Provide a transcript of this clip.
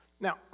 Now